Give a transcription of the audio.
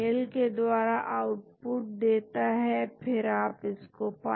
अब हम एक दूसरा उदाहरण देखते हैं और यह कहलाता है एनजीओटेंसीन